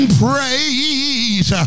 praise